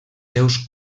seus